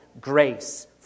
grace